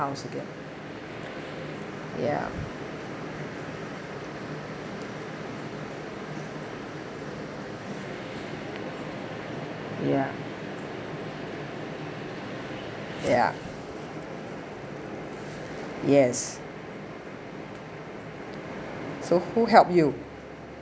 house again ya ya ya yes so who helped you